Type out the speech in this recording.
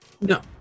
No